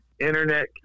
internet